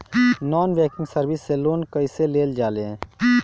Non banking service से loan कैसे लेल जा ले?